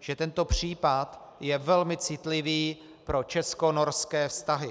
že tento případ je velmi citlivý pro českonorské vztahy.